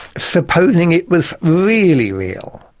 supposing it was really real,